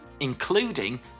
including